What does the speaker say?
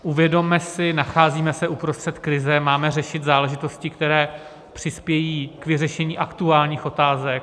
Uvědomme si, že se nacházíme uprostřed krize, máme řešit záležitosti, které přispějí k vyřešení aktuálních otázek.